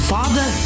Father